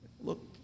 Look